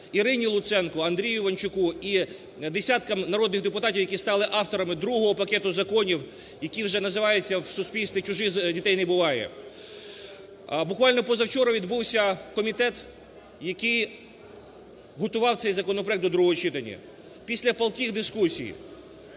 Ірині Луценко, Андрію Іванчуку і десяткам народних депутатів, які стали авторами другого пакету законів, який вже називаються в суспільстві "чужих дітей не буває". Буквально позавчора відбувся комітет, який готував цей законопроект до другого читання. Після палких дискусій